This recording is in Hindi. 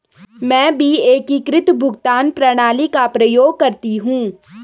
मैं भी एकीकृत भुगतान प्रणाली का प्रयोग करती हूं